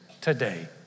today